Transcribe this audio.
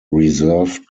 reversed